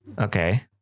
okay